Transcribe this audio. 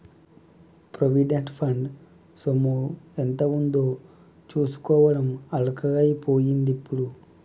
provident fund సొమ్ము ఎంత ఉందో చూసుకోవడం అల్కగై పోయిందిప్పుడు